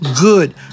good